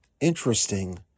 interesting